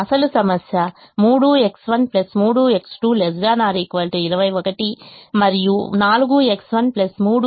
అసలు సమస్య 3X1 3X2 ≤ 21 మరియు 4X13X2≤ 24